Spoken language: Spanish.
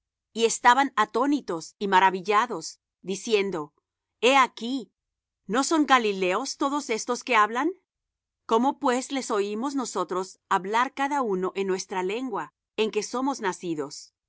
y estaban atónitos y maravillados diciendo he aquí no son alileos todos estos que hablan cómo pues les oímos nosotros hablar cada uno en nuestra lengua en que somos nacidos